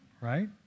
right